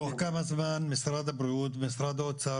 תוך כמה זמן משרד הבריאות משרד האוצר